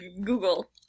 Google